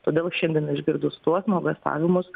todėl šiandien išgirdus tuos nuogąstavimus